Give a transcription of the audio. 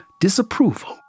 disapproval